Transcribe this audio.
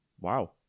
Wow